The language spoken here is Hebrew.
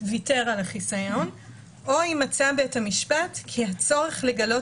ויתר על החיסיון או אם מצא בית המשפט כי הצורך לגלות